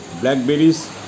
blackberries